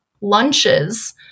lunches